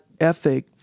ethic